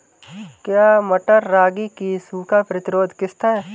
क्या मटर रागी की सूखा प्रतिरोध किश्त है?